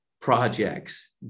projects